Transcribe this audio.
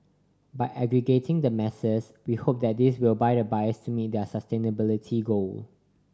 by aggregating the masses we hope that this will the buyers to meet their sustainability goal